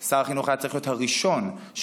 שר החינוך היה צריך להיות הראשון שיקדם